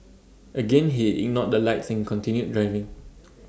again he ignored the lights and continued driving